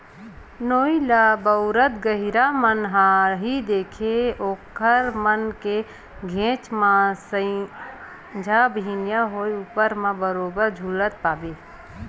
नोई ल बउरत गहिरा मन ल ही देखबे ओखर मन के घेंच म संझा बिहनियां होय ऊपर म बरोबर झुलत पाबे